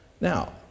Now